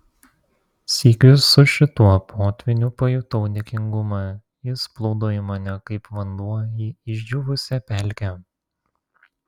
sykiu su šituo potvyniu pajutau dėkingumą jis plūdo į mane kaip vanduo į išdžiūvusią pelkę